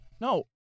No